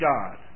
God